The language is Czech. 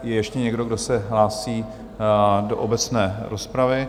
Je ještě někdo, kdo se hlásí do obecné rozpravy?